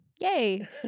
Yay